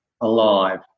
alive